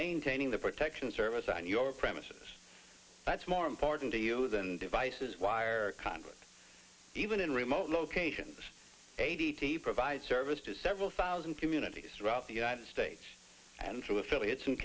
maintaining the protection service on your premises that's more important to you than devices wire conduit even in remote locations a d t provide service to several thousand communities throughout the united states and through affiliates